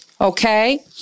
okay